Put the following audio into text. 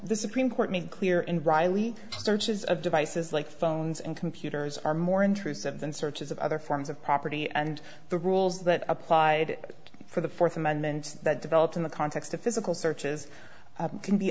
the supreme court made clear in riley searches of devices like phones and computers are more intrusive than searches of other forms of property and the rules that applied for the fourth amendment that developed in the context of physical searches can be